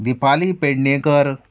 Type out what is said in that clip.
Deepali Pednekar